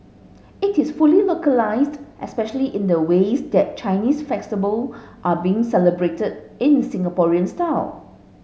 it is fully localised especially in the ways that Chinese festival are being celebrated in Singaporean style